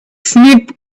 snip